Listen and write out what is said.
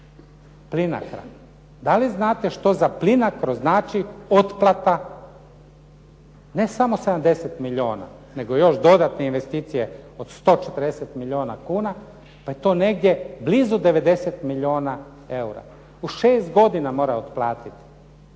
Plinacra? Da li znate što za Plinacro znači otplata ne samo 70 milijuna nego još dodatne investicije od 140 milijuna kuna pa je to negdje blizu 90 milijuna eura u šest godina mora otplatiti.